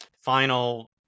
final